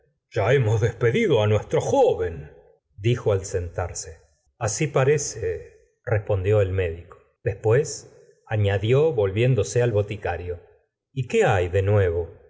ya hemos despedido á nuestro joven dijo al sentarse aal parece respondió el médico después añadió volviéndose al boticario qué hay de nuevo